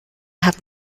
haben